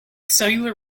cellular